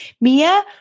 Mia